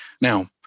Now